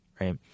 right